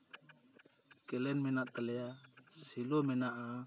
canal ᱢᱮᱱᱟᱜ ᱛᱟᱞᱮᱭᱟ ᱥᱮᱞᱚ ᱢᱮᱱᱟᱜᱼᱟ